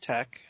Tech